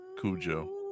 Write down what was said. Cujo